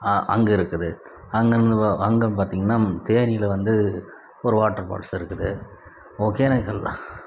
அங்கே இருக்குது அங்கேன்னு அங்கே பார்த்தீங்கன்னா தேனியில் வந்து ஒரு வாட்டர்ஃபால்ஸ் இருக்குது ஒகேனக்கல்